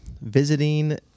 visiting